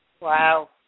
Wow